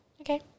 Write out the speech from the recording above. okay